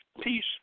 peace